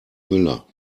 müller